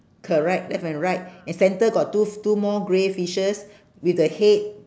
correct left and right and center got two f~ two more grey fishes with the head